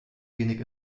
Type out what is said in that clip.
wenig